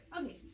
Okay